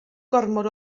gormod